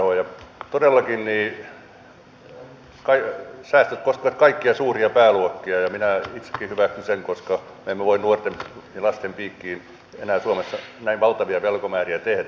todellakin säästöt koskevat kaikkia suuria pääluokkia ja minä itsekin hyväksyn sen koska emme voi nuorten ja lasten piikkiin enää suomessa näin valtavia velkamääriä tehdä